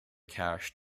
cache